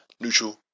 neutral